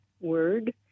word